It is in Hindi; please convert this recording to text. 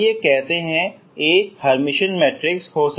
आइए कहते हैं A हर्मिशियन मैट्रिक्स हो